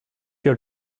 your